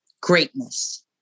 greatness